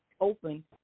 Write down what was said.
open